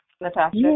Natasha